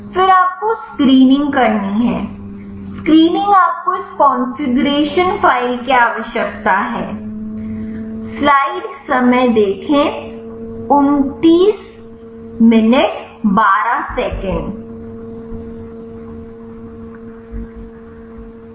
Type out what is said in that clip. फिर आपको स्क्रीनिंग करनी है स्क्रीनिंग आपको इस कॉन्फ़िगरेशन फ़ाइल की आवश्यकता है